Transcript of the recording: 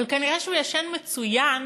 אבל כנראה הוא ישן מצוין